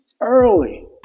early